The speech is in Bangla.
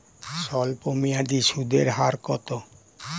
স্বল্পমেয়াদী সুদের হার কত?